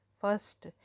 first